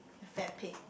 fat pig